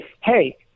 hey